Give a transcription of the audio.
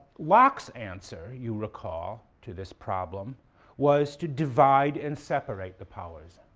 locke's answer, you recall, to this problem was to divide and separate the powers,